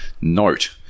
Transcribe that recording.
note